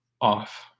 off